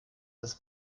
das